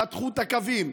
חתכו את הקווים,